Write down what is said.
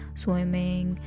swimming